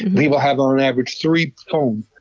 people have on average three phones.